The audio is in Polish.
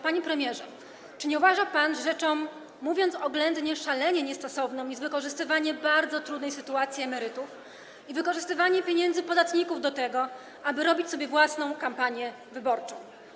Panie premierze, czy nie uważa pan, że rzeczą, mówiąc oględnie, szalenie niestosowną jest wykorzystywanie bardzo trudnej sytuacji emerytów i wykorzystywanie pieniędzy podatników do tego, aby robić sobie własną kampanię wyborczą?